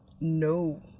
no